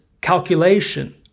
calculation